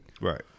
Right